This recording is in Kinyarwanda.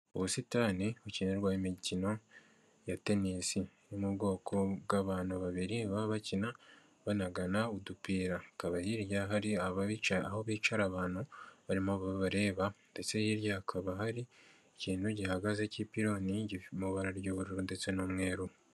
Ubusitani bukinirwaho imikino ya tenisi yo mu bwoko bw'abantu babiri baba bakina banagana udupira, hakaba hirya hari aho bicara abantu barimo babareba ndetse hirya hakaba hari ikintu gihagaze cy'ikipiloni gifite amabara ry'ubururu ndetse n'umweru.